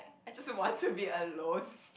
I just want to be alone